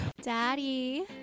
daddy